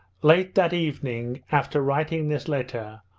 late that evening, after writing this letter,